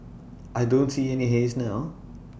I don't see any haze now